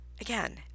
again